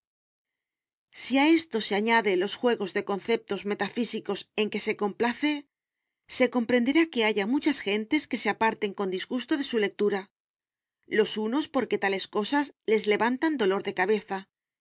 si a esto se añade los juegos de conceptos metafísicos en que se complace se comprenderá que haya muchas gentes que se aparten con disgusto de su lectura los unos porque tales cosas les levantan dolor de cabeza